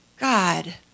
God